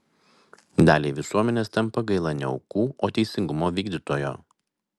daliai visuomenės tampa gaila ne aukų o teisingumo vykdytojo